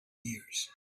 years